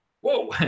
Whoa